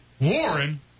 Warren